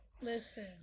Listen